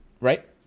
Right